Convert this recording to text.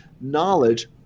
Knowledge